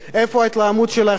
איפה ההתלהמות שלכם